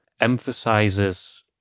emphasizes